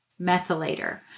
methylator